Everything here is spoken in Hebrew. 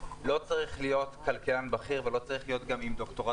לא צריך להיות כלכלן בכיר ולא צריך להיות גם עם דוקטורט